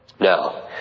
Now